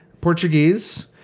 Portuguese